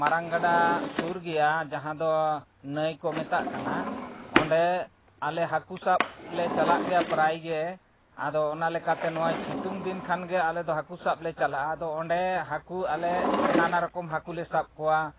ᱢᱟᱨᱟᱝ ᱜᱟᱰᱟ ᱥᱩᱨ ᱜᱮᱭᱟ ᱡᱟᱦᱟᱸᱫᱚ ᱱᱟᱹᱭ ᱠᱚ ᱢᱮᱛᱟᱜ ᱠᱟᱱᱟ ᱚᱸᱰᱮ ᱟᱞᱮ ᱦᱟᱹᱠᱩ ᱥᱟᱵᱞᱮ ᱪᱟᱞᱟᱜ ᱜᱮᱭᱟ ᱯᱨᱟᱭ ᱜᱮ ᱟᱫᱚ ᱚᱱᱟ ᱞᱮᱠᱟᱛᱮ ᱱᱚᱜᱼᱚᱭ ᱥᱤᱛᱩᱝ ᱫᱤᱱ ᱠᱷᱟᱱᱜᱮ ᱟᱞᱮ ᱫᱚ ᱦᱟᱹᱠᱩ ᱥᱟᱵᱞᱮ ᱪᱟᱞᱟᱜᱼᱟ ᱟᱫᱚ ᱚᱸᱰᱮ ᱦᱟᱹᱠᱩ ᱟᱞᱮ ᱱᱟᱱᱟ ᱨᱚᱠᱚᱢ ᱦᱟᱹᱠᱩᱞᱮ ᱥᱟᱵ ᱠᱚᱣᱟ